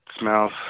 smells